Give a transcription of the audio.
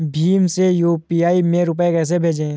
भीम से यू.पी.आई में रूपए कैसे भेजें?